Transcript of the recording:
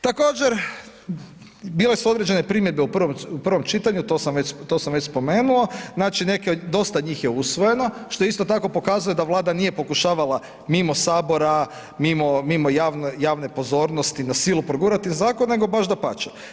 Također, bile su određene primjedbe u prvom čitanju, to sam već spomenuo, znači dosta njih je usvojeno, što isto tako pokazuje da vlada nije pokušavala mimo Sabora, mimo javne pozornosti na silu pogurati zakone, nego baš dapače.